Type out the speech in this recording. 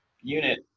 unit